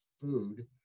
food